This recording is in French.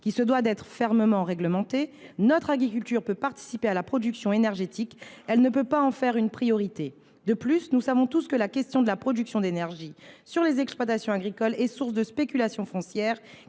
qui doit être fermement réglementé, notre agriculture peut participer à la production énergétique, elle ne peut pas en faire une priorité. De plus, nous savons tous que la question de la production d’énergie sur les exploitations agricoles est source de spéculation foncière,